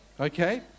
Okay